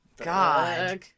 god